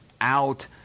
out